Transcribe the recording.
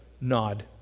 Nod